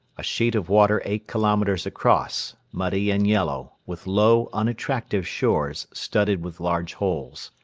a sheet of water eight kilometres across, muddy and yellow, with low unattractive shores studded with large holes.